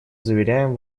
заверяем